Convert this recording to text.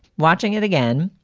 watching it again,